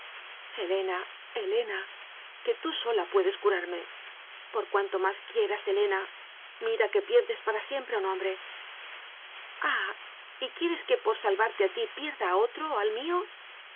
helena helena que tú sola puedes cu rarme por cuanto más quieras helena mira que pierdes para siempre a un hombre ah y quieres que por salvarte a ti pierda a otro al mío